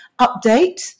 update